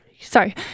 Sorry